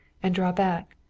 and draw back.